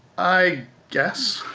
i guess.